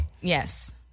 yes